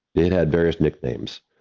they'd had various nicknames,